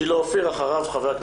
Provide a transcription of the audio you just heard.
שילה אופיר, בבקשה.